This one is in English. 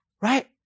Right